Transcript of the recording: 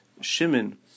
Shimon